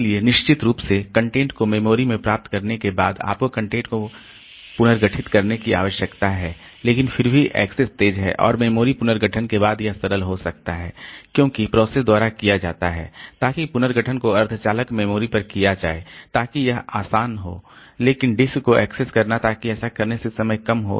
इसलिए निश्चित रूप से कंटेंट को मेमोरी में प्राप्त करने के बाद आपको कंटेंट को पुनर्गठित करने की आवश्यकता है लेकिन फिर भी एक्सेस तेज है और मेमोरी पुनर्गठन के बाद यह सरल हो सकता है क्योंकि प्रोसेसर द्वारा किया जाता है ताकि पुनर्गठन को अर्धचालक मेमोरी पर किया जाए ताकि यह आसान हो लेकिन डिस्क को एक्सेस करना ताकि ऐसा करने से समय कम हो